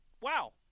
Wow